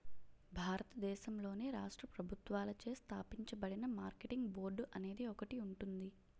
భారతదేశంలోని రాష్ట్ర ప్రభుత్వాలచే స్థాపించబడిన మార్కెటింగ్ బోర్డు అనేది ఒకటి ఉంటుంది